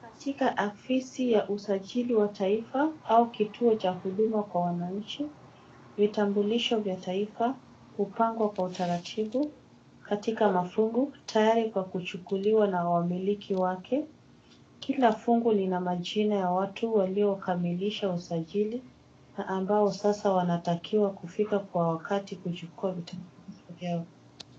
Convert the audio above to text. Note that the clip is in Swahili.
Katika afisi ya usajili wa taifa au kituo cha huduma kwa wananchi, vitambulisho vya taifa hupangwa kwa utaratibu katika mafungu tayari kwa kuchukuliwa na wamiliki wake. Kila fungu lina majina ya watu waliokamilisha usajili na ambao sasa wanatakiwa kufika kwa wakati kuchukua vitambulisho vyao.